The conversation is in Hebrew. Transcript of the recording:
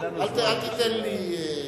אל תיתן לי קומפלימנטים.